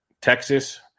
Texas